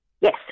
Yes